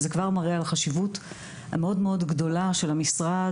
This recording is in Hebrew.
זה כבר מראה על החשיבות המאוד גדולה של זה בעיניי המשרד,